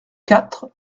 quatre